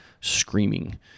screaming